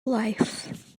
life